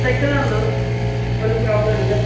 தைக்கலாம் மேம் ஒன்றும் ப்ராப்ளம் இல்லை